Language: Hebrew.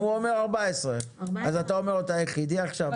הוא אומר 14. אז אתה אומר לו: אתה היחידי עכשיו,